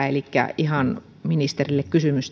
elikkä ihan ministerille kysymys